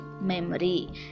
memory